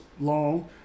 long